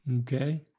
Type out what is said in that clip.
Okay